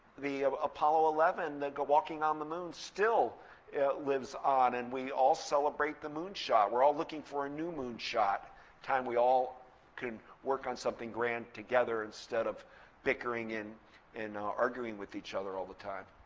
the apollo eleven, the the walking on the moon still lives on. and we all celebrate the moonshot. we're all looking for a new moonshot time we all can work on something grand together instead of bickering and and arguing with each other all the time.